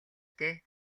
дээ